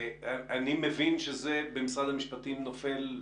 אני מבין שבמשרד המשפטים זה נופל תחתכם,